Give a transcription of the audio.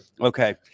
Okay